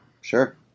Sure